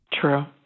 True